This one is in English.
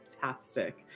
Fantastic